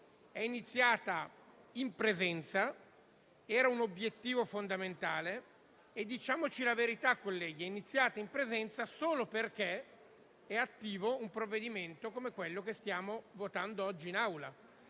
è iniziata in presenza e questo era un obiettivo fondamentale. Diciamoci la verità, colleghi: la scuola è iniziata in presenza solo perché è attivo un provvedimento come quello che stiamo votando oggi in